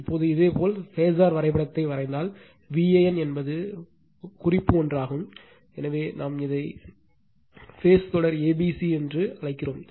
இப்போது இதேபோல் பேஸர் வரைபடத்தை வரைந்தால் Van என்பது குறிப்பு ஒன்றாகும் எனவே இதை நாம் பேஸ் தொடர் a b c என்று அழைக்கிறோம்